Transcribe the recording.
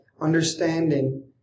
understanding